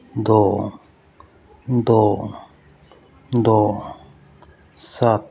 ਦੋ ਦੋ ਦੋ ਸੱਤ